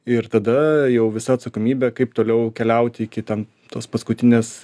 ir tada jau visa atsakomybė kaip toliau keliauti iki ten tos paskutinės